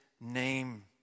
name